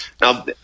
now